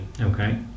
Okay